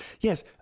Yes